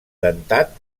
dentat